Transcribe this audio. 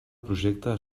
projecte